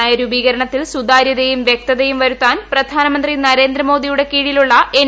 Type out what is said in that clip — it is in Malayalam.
നയരൂപീകരണത്തിൽ സുതാര്യതയും വ്യക്തതയും വരുത്താൻ പ്രധാനമന്ത്രി നരേന്ദ്രമോദിയുടെ കീഴിലുള്ള എൻ